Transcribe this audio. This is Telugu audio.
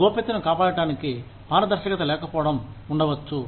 గోప్యతను కాపాడటానికి పారదర్శకత లేకపోవడం ఉండవచ్చు